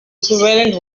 equivalent